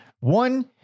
One